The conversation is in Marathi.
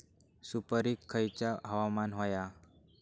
सुपरिक खयचा हवामान होया?